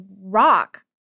rock